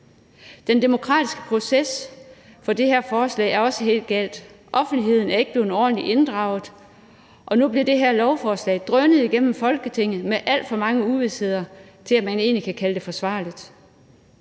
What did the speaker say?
Den demokratiske proces for det her forslag er også helt gal. Offentligheden er ikke blevet ordentlig inddraget, og nu bliver det her lovforslag drønet igennem Folketinget med alt for mange uvisheder til, at man egentlig kan kalde det forsvarligt.